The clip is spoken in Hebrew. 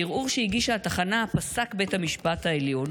בערעור שהגישה התחנה פסק בית בית המשפט העליון